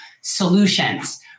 solutions